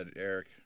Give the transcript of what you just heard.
Eric